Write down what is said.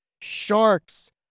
sharks